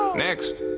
next.